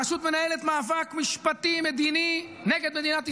הרשות מנהלת מאבק משפטי-מדיני נגד מדינת ישראל,